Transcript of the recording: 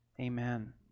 Amen